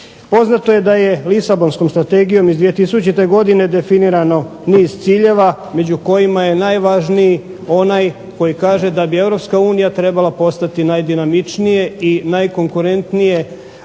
Poznato je da je Lisabonskom strategijom iz 2000. godine definirano niz ciljeva među kojima je najvažniji onaj koji kaže da bi Europska unija trebala postati najdinamičnije i najkonkurentnije